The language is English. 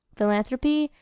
philanthropy,